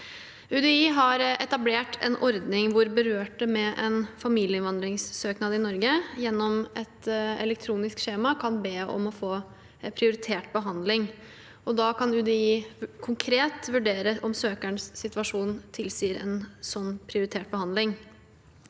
UDI har etablert en ordning der berørte med en familieinnvandringssøknad i Norge gjennom et elektronisk skjema kan be om å få prioritert behandling. Da kan UDI konkret vurdere om søkerens situasjon tilsier en slik prioritert behandling.